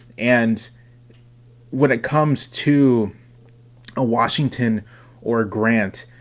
and when it comes to a washington or grant,